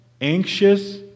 anxious